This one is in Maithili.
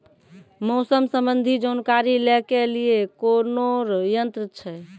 मौसम संबंधी जानकारी ले के लिए कोनोर यन्त्र छ?